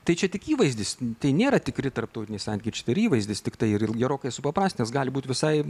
tai čia tik įvaizdis tai nėra tikri tarptautiniai santykiai ir šitai įvaizdis tiktai ir gerokai supaprastintas gali būti visai